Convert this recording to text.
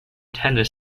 tennis